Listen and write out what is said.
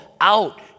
out